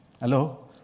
Hello